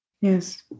yes